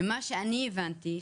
ממה שאני הבנתי,